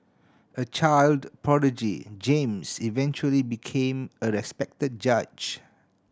a child prodigy James eventually became a respected judge